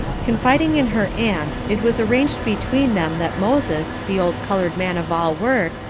confiding in her aunt, it was arranged between them that moses, the old coloured man of all work,